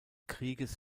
krieges